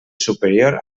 superior